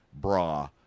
bra